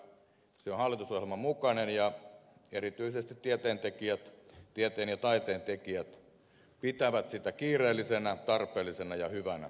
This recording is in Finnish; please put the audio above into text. se on hallitusohjelman mukainen ja erityisesti tieteen ja taiteentekijät pitävät sitä kiireellisenä tarpeellisena ja hyvänä